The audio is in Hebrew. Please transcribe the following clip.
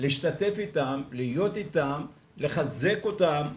להשתתף איתן, להיות איתן, לחזק אותן,